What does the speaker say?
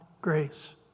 grace